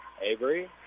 Avery